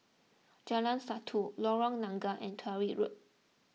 Jalan Satu Lorong Nangka and Tyrwhitt Road